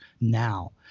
now